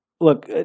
look